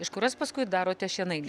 iš kurios paskui darote šienainį